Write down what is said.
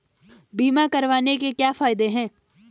बीमा करवाने के क्या फायदे हैं?